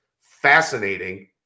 fascinating